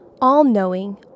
all-knowing